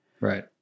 Right